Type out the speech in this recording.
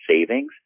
savings